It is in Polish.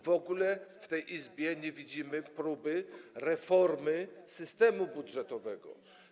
W ogóle w tej Izbie nie widzimy próby reformy systemu budżetowego.